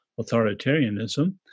authoritarianism